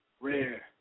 rare